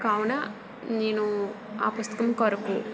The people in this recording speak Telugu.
కావునా నేను ఆ పుస్తకం కొరకు